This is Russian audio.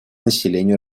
населению